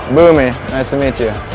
boomie, nice to meet you.